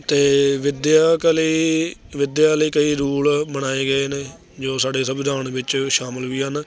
ਅਤੇ ਵਿੱਦਿਆ ਕਲੀ ਵਿੱਦਿਆ ਲਈ ਕਈ ਰੂਲ ਬਣਾਏ ਗਏ ਨੇ ਜੋ ਸਾਡੇ ਸੰਵਿਧਾਨ ਵਿੱਚ ਸ਼ਾਮਿਲ ਵੀ ਹਨ